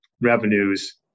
revenues